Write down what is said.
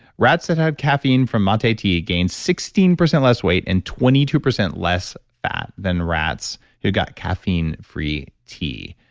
rats that have caffeine from ah mate tea gained sixteen percent less weight and twenty two percent less fat than rats who got caffeine free tea.